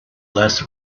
less